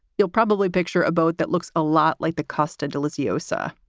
you'll probably picture a boat that looks a lot like the costa jelly's yoza.